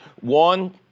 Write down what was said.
One